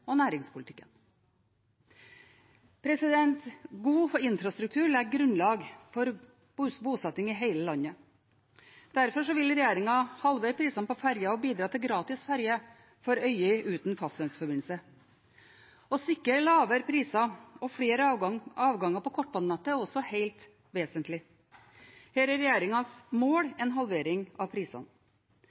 næringspolitikken. God infrastruktur legger grunnlag for bosetting i hele landet. Derfor vil regjeringen halvere prisene på ferjer og bidra til gratis ferje for øyer uten fastlandsforbindelse. Å sikre lavere priser og flere avganger på kortbanenettet er også helt vesentlig. Her er regjeringens mål en halvering av prisene.